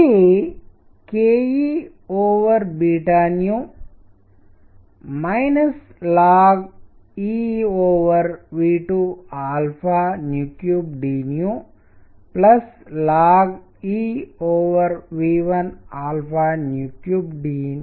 ఇది kE lnEV23dlnఅవుతుంది